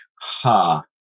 ha